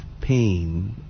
pain